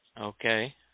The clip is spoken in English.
Okay